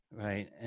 Right